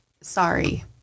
Sorry